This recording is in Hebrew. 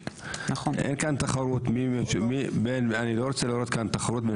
אני לא רוצה לראות פה תחרות בין